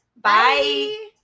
bye